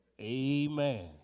Amen